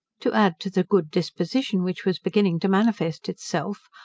to add to the good disposition which was beginning to manifest itself,